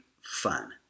fun